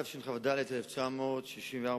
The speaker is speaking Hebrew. התשכ"ד-1964,